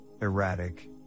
erratic